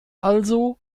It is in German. also